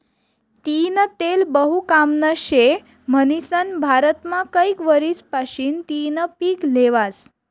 तीयीनं तेल बहु कामनं शे म्हनीसन भारतमा कैक वरीस पाशीन तियीनं पिक ल्हेवास